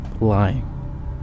lying